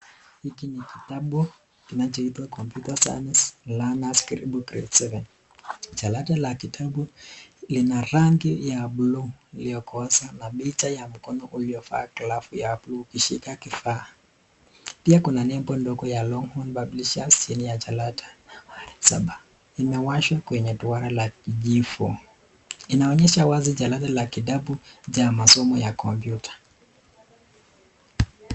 Hiki ni kitabu kinachoitwa Computer Science Learners Grade Book 7. Jalada la kitabu lina rangi ya buluu iliyokosa na picha ya mkono uliovaa glavu ya buluu ukishika kifaa. Pia kuna lebo ndogo ya Longhorn Publishers chini ya jalada nambari 7. Imewashwa kwenye duara la kijifo. Inaonyesha wazi jadala la kitabu cha masomo ya kompyuta.